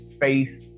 face